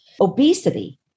obesity